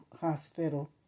hospital